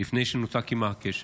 לפני שנותק עימה הקשר.